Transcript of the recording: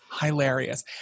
hilarious